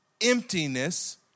emptiness